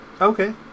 Okay